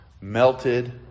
Melted